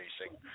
racing